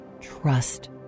trust